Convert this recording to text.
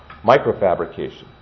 microfabrication